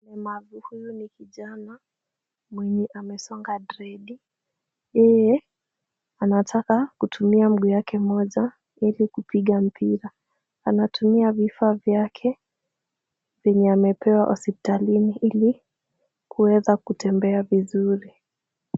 Mlemavu huyu ni kijana mwenye amesonga dredi. Yeye anataka kutumia mguu yake mmoja ili kupiga mpira. Anatumia vifaa vyake vyenye amepewa hospitalini ili kuweza kutembea vizuri.